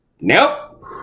Nope